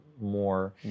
more